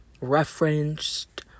referenced